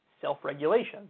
self-regulation